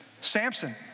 Samson